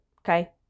okay